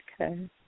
Okay